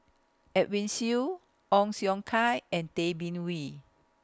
Edwin Siew Ong Siong Kai and Tay Bin Wee